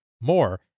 More